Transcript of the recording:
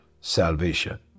salvation